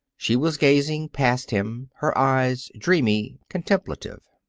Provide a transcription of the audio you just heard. she was gazing past him, her eyes dreamy, contemplative.